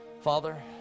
Father